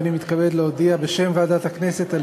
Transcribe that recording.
הריני מתכבד להודיע בשם ועדת הכנסת על